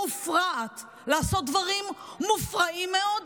מופרעת, לעשות דברים מופרעים מאוד,